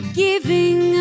giving